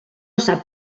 sap